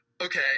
Okay